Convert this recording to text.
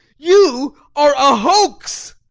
you are a hoax!